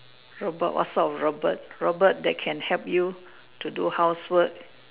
robot what sort of robot robot that can help you to do housework